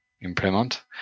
implement